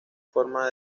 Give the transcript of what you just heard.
forma